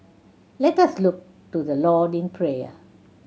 let us look to the Lord in prayer